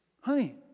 Honey